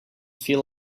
feel